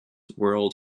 world